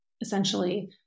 essentially